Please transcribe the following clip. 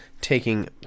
taking